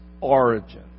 origin